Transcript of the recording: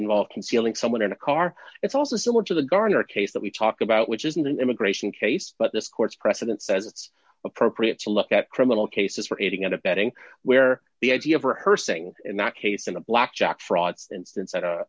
involve concealing someone in a car it's also similar to the garner case that we talk about which isn't an immigration case but this court's precedent says it's appropriate to look at criminal cases for aiding and abetting where the idea of rehearsing in that case in a blackjack fraud instance at a